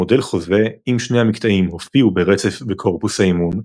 המודל חוזה אם שני המקטעים הופיעו ברצף בקורפוס האימון,